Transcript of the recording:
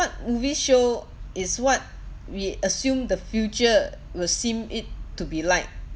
movie show is what we assume the future will seem it to be like